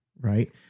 right